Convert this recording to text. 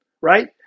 Right